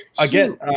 again